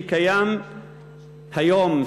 שקיים היום,